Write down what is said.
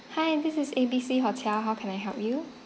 hi this is A B C hotel how can I help you